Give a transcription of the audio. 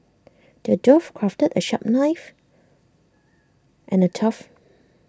the dwarf crafted A sharp knife and A tough